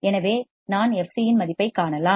எனவே நான் fc இன் மதிப்பைக் காணலாம்